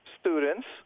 students